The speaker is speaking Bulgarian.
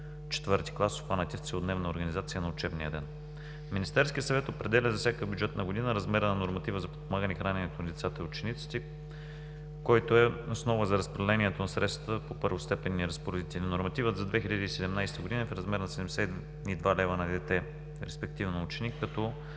четвърти клас, обхванати в целодневна организация на учебния ден. Министерският съвет определя за всяка бюджетна година размера на норматива за подпомагане храненето на децата и учениците, който е основа за разпределението на средствата по първостепенни разпоредители. Нормативът за 2017 г. е в размер на 72 лв. на дете, респективно ученик, като